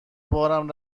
بارم